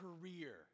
career